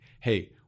hey